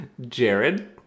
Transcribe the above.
Jared